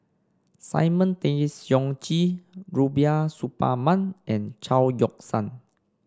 Simon Tay Seong Chee Rubiah Suparman and Chao Yoke San